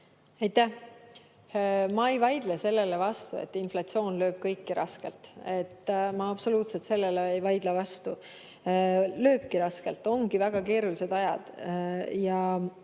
Aitäh! Ma ei vaidle sellele vastu, et inflatsioon lööb kõiki raskelt. Ma absoluutselt sellele ei vaidle vastu. Lööbki raskelt, ongi väga keerulised ajad.